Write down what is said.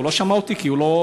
הוא לא שמע אותי, כי הוא לא,